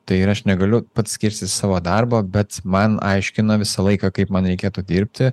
tai ir aš negaliu pats skirstytis savo darbo bet man aiškina visą laiką kaip man reikėtų dirbti